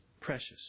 precious